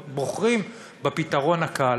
בוחרים בפתרון הקל.